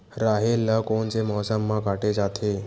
राहेर ल कोन से मौसम म काटे जाथे?